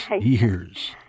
years